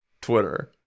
Twitter